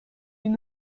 این